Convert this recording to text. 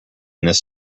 this